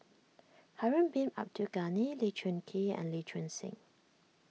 Harun Bin Abdul Ghani Lee Choon Kee and Lee Choon Seng